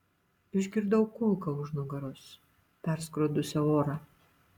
išgirdau kulką už nugaros perskrodusią orą